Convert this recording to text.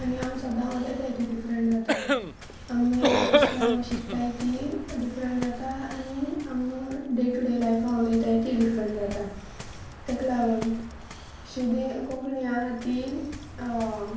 आनी आमी सदां उलयताय ती डिफरंट जाता आमी इस्कुलां आमी शिकताय ती डिफरंट जाता आनी आम डे टू डे लायफां उलयताय तीं डिफरंट जाता तेका लागोन शुदी कोंकणी आ आहा ती